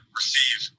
receive